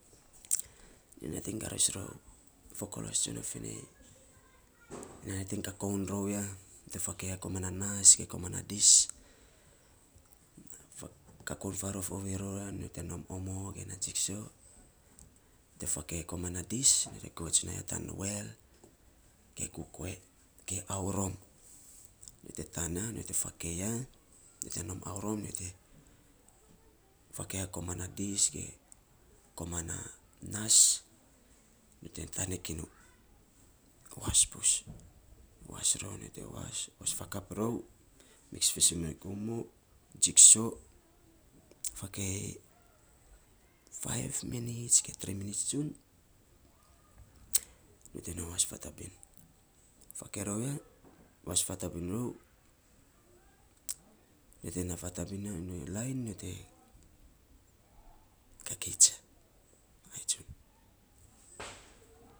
Nyo nating garus rou fo kolos tsonyo finei, nyo nating kakoun rou ya, nyo te fakei koman, na nas, ge koman na dis. Kakoun faarof ovei rou ya nyo te nom omo ge na ziso, nyo te fakei ya koman na dis nyo te govets ya tan wel, ge kokuwe ge auom, nyo te tan na nyo te faakei ya, te nom aurom nyo te fakei ya koman na dis ge koman nas, nyo te tanik iny was buus was rou, nyo te was, fakap rou, mix fiisen me omo ziso fakei faiv minits ge tri minits tsun, nyo te nai was fatabin, fakei rou ya, was fatabin rou, nyo te naa fatabin ya unia lain te gagets ai tsun.